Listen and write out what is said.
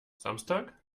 samstag